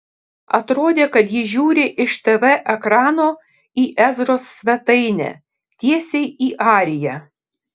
atrodė kad ji žiūri iš tv ekrano į ezros svetainę tiesiai į ariją